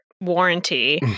warranty